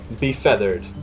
befeathered